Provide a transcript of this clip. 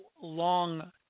long